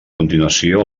continuació